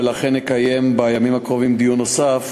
ולכן נקיים בימים הקרובים דיון נוסף,